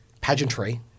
pageantry